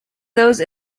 those